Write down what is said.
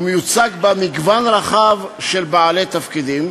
ומיוצג בה מגוון רחב של בעלי תפקידים,